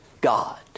God